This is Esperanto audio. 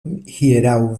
hieraŭ